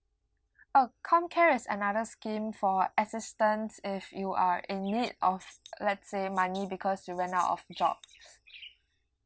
oh comcare is another scheme for assistance if you are in need of let's say money because you went out of job